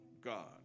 God